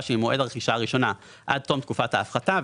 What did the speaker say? שממועד הרכישה הראשונה עד תום תקופת ההפחתה,